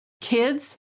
Kids